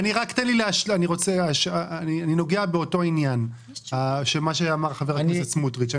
אני נוגע באותו עניין עליו דיבר חבר הכנסת סמוטריץ'.